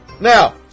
Now